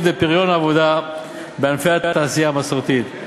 ואת פריון העבודה בענפי התעשייה המסורתית.